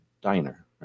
diner